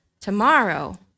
Tomorrow